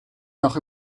noch